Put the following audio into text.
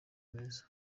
meza